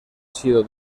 sido